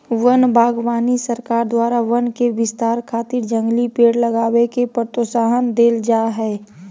वन बागवानी सरकार द्वारा वन के विस्तार खातिर जंगली पेड़ लगावे के प्रोत्साहन देल जा हई